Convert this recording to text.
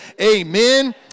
amen